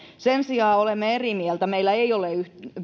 sen sijaan olemme eri mieltä meillä ei ole